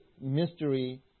mystery